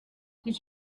did